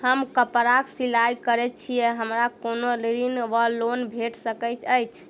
हम कापड़ सिलाई करै छीयै हमरा कोनो ऋण वा लोन भेट सकैत अछि?